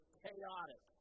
chaotic